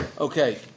Okay